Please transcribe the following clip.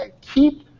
keep